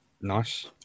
Nice